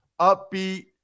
upbeat